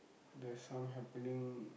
there's some happening